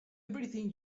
everything